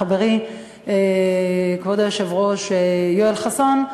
חברי כבוד היושב-ראש יואל חסון,